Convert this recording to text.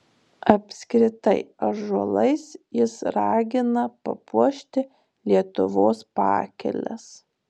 apskritai ąžuolais jis ragina papuošti lietuvos pakeles